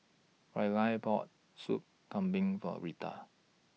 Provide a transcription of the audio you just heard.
Rylie bought Soup Kambing For Rita